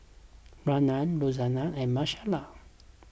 Ryne Rosanne and Michaela